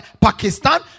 Pakistan